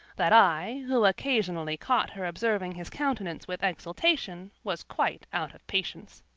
that i, who occasionally caught her observing his countenance with exultation, was quite out of patience.